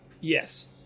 yes